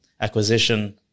acquisition